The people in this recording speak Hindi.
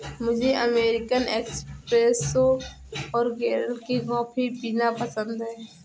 मुझे अमेरिकन एस्प्रेसो और केरल की कॉफी पीना पसंद है